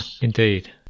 Indeed